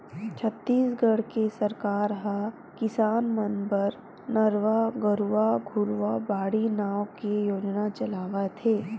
छत्तीसगढ़ के सरकार ह किसान मन बर नरूवा, गरूवा, घुरूवा, बाड़ी नांव के योजना चलावत हे